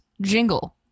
jingle